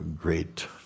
great